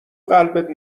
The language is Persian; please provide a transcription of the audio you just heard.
قلبت